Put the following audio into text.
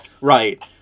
Right